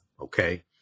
okay